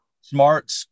smart